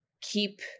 keep